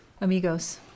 amigos